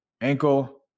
ankle